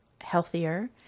healthier